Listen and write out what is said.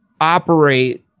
operate